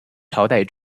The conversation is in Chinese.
朝代